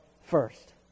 first